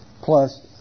plus